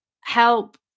help